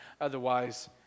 Otherwise